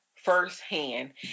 Firsthand